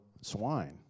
swine